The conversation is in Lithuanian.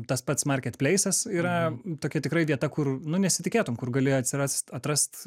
tas pats marketpleisas yra tokia tikrai vieta kur nu nesitikėtum kur gali atsirast atrast